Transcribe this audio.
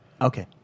Okay